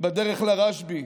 בדרך לרשב"י,